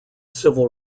civil